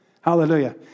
Hallelujah